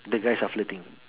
the guys are flirting